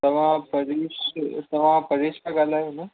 तव्हां परीश तव्हां परेश था ॻाल्हायो न